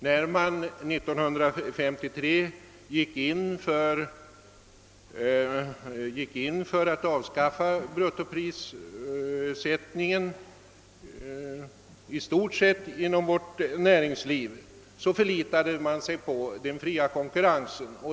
När man 1953 gick in för att i stort sett avskaffa bruttoprissättningen inom vårt näringsliv, förlitade man sig på den fria konkurrensen.